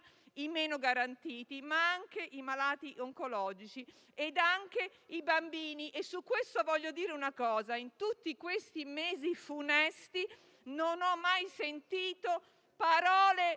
i meno garantiti, ma anche i malati oncologici e i bambini. Su questo voglio dire una cosa: in tutti questi mesi funesti, non ho mai sentito parole